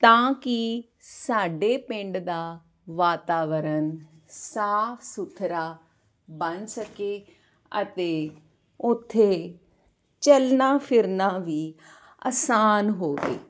ਤਾਂ ਕਿ ਸਾਡੇ ਪਿੰਡ ਦਾ ਵਾਤਾਵਰਣ ਸਾਫ਼ ਸੁਥਰਾ ਬਣ ਸਕੇ ਅਤੇ ਉੱਥੇ ਚਲਣਾ ਫਿਰਨਾ ਵੀ ਆਸਾਨ ਹੋਵੇ